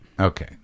Okay